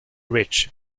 rich